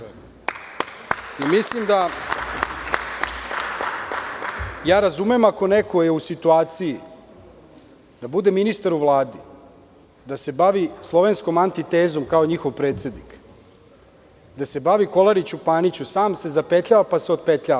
Mislim da, razumem ako neko je u situaciji da bude ministar u Vladi, da se bavi slovenskom antitezom, kao njihov predsednik, da se bavi „kolariću paniću“, sam se zapetlja, pa se otpetlja.